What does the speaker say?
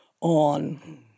on